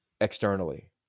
externally